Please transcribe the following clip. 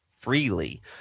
freely